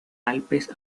alpes